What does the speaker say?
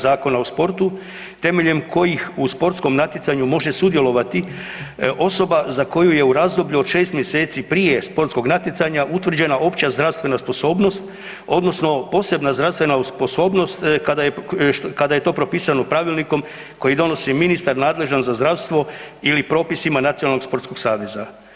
Zakona o sportu temeljem kojih u sportskom natjecanju može sudjelovati osoba za koju je u razdoblju od 6 mj. prije sportskog natjecanja, utvrđena opća zdravstvena sposobnost odnosno posebna zdravstvena sposobnost kada je to propisano pravilnikom koji donosi ministar nadležan za zdravstvo ili propisima nacionalnog sportskog saveza.